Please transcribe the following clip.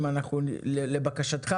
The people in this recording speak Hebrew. לבקשתך,